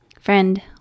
friend